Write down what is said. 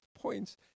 points